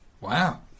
Wow